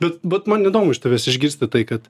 bet vat man įdomu iš tavęs išgirsti tai kad